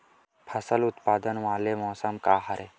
फसल उत्पादन वाले मौसम का हरे?